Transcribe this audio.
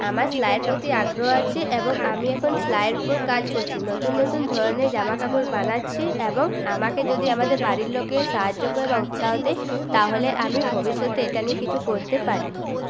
আমার সেলাইয়ের প্রতি আগ্রহ আছে এবং আমি এখন সেলাইয়ের ওপর কাজ করছি নতুন নতুন ধরণের জামাকাপড় বানাচ্ছি এবং আমাকে যদি আমাদের বাড়ির লোকে সাহায্য করে বা উৎসাহ দেয় তাহলে আমি ভবিষ্যতে এটা নিয়ে কিছু করতে পারি